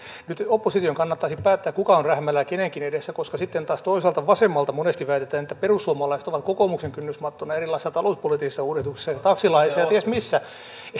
nyt opposition kannattaisi päättää kuka on rähmällään ja kenenkin edessä koska sitten taas toisaalta vasemmalta monesti väitetään että perussuomalaiset ovat kokoomuksen kynnysmattona erilaisissa talouspoliittisissa uudistuksissa ja taksilaissa ja ties missä